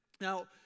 Now